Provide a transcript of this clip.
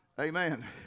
Amen